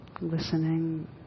listening